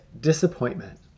disappointment